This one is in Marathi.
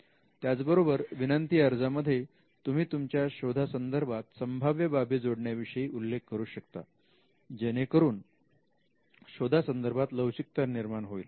त्याचबरोबर विनंती अर्ज मध्ये तुम्ही तुमच्या शोधा संदर्भात संभाव्य बाबी जोडण्या विषयी उल्लेख करू शकता जेणेकरून शोधा संदर्भात लवचिकता निर्माण होईल